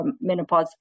menopause